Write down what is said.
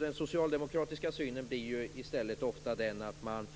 Den socialdemokratiska synen blir i stället ofta den att man